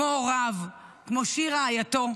כמו הוריו, כמו שיר רעייתו,